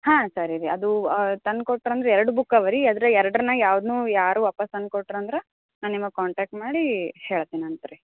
ಹಾಂ ಸರಿ ರೀ ಅದು ತಂದ್ಕೊಟ್ರು ಅಂದ್ರೆ ಎರಡು ಬುಕ್ ಅವ ರೀ ಅದ್ರ ಎರಡನ್ನ ಯಾವ್ದನ್ನೂ ಯಾರು ವಾಪಸ್ಸು ತಂದು ಕೊಟ್ರು ಅಂದ್ರೆ ನಾನು ನಿಮಗೆ ಕಾಂಟ್ಯಾಕ್ಟ್ ಮಾಡೀ ಹೇಳ್ತೀನಿ ಅಂತ್ರಿ